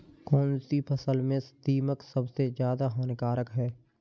कौनसी फसल में दीमक सबसे ज्यादा हानिकारक है?